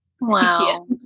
Wow